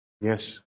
Yes